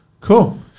cool